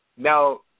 Now